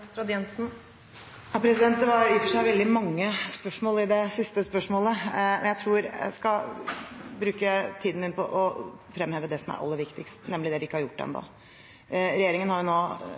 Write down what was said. Det var i og for seg veldig mange spørsmål i det siste spørsmålet, og jeg tror jeg skal bruke tiden min på å fremheve det som er aller viktigst, nemlig det vi ikke har gjort ennå. Regjeringen har nå